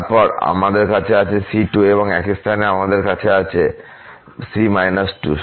তারপর আমাদের কাছে আছে c2 এবং এই স্থানে আমাদের আছে c−2